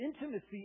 intimacy